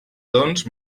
doncs